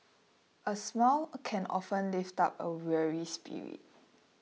a smile can often lift up a weary spirit